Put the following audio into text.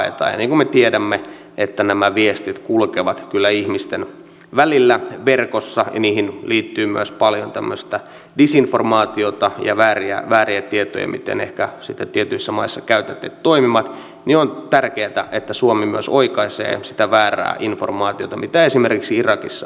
ja kun me tiedämme että nämä viestit kulkevat kyllä ihmisten välillä verkossa ja niihin liittyy myös paljon tämmöistä disinformaatiota ja vääriä tietoja siitä miten ehkä sitten tietyissä maissa käytänteet toimivat niin on tärkeätä että suomi myös oikaisee sitä väärää informaatiota mitä esimerkiksi irakissa on levitetty